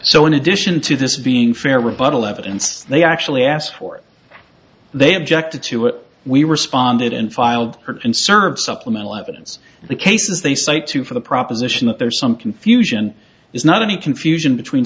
so in addition to this being fair rebuttal evidence they actually ask for they objected to it we responded and filed her conserved supplemental evidence the cases they cite two for the proposition that there's some confusion is not any confusion between